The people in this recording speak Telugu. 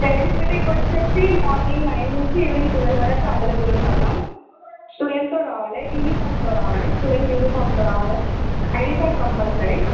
పేరెంట్స్ మీటింగ్ వచ్చేసి మార్నింగ్ నైన్ నుంచి ఈవినింగ్ టువల్ వరుకు అవైలబుల్ ఉంటాం మ్యామ్ స్టూడెంట్తో రావాలి యూనిఫామ్తో రావాలి స్టూడెంట్ యూనిఫామ్తో రావాలి ఐడి కార్డు కంపల్సరీ